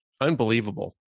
unbelievable